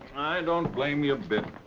don't blame you a bit.